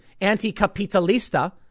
anti-capitalista